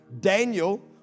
Daniel